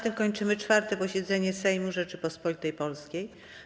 tym kończymy 4. posiedzenie Sejmu Rzeczypospolitej Polskiej.